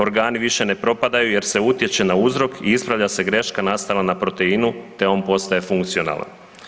Organi više ne propadaju jer se utječe na uzrok i ispravlja se greška nastala na proteinu te on postaje funkcionalan.